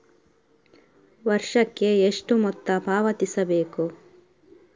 ವರ್ಷಕ್ಕೆ ಎಷ್ಟು ಮೊತ್ತ ಪಾವತಿಸಬೇಕು?